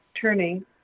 turning